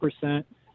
percent